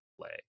play